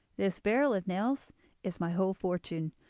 this barrel of nails is my whole fortune,